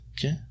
Okay